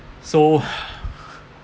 so